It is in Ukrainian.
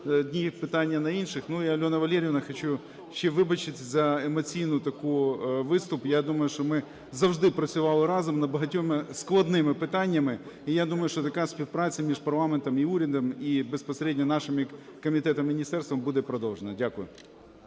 одні питання на інших. Ну, і Альона Валеріївна, хочу ще вибачитися за емоційний такий виступ. Я думаю, що ми завжди працювали разом над багатьма складними питаннями, і я думаю, що така співпраця між парламентом і урядом, і безпосередньо нашими комітетом і міністерством буде продовжена. Дякую.